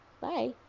Bye